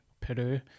Peru